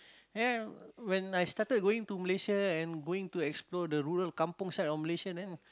then when I started going to Malaysia and going to explore the rural kampung side of Malaysia then